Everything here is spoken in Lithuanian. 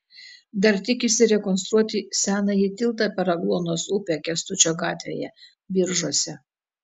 dar tikisi rekonstruoti senąjį tiltą per agluonos upę kęstučio gatvėje biržuose